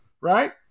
right